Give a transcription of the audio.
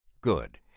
Good